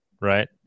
right